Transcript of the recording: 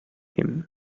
him